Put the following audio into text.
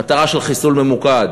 מטרה של חיסול ממוקד.